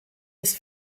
des